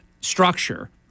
structure